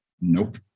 nope